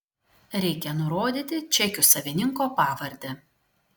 reikia nurodyti čekių savininko pavardę